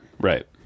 right